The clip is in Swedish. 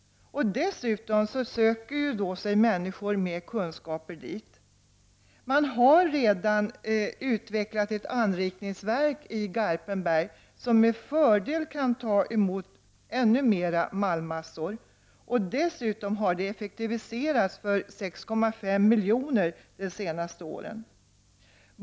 Dessutom söker sig då människor med kunskaper dit. Man har redan utvecklat ett anrikningsverk i Garpenberg, och detta kan med fördel ta emot ännu mer malmmassor. Dessutom har detta anrikningsverk effektiviserats för en kostnad av 6,5 miljoner de senaste åren.